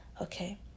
Okay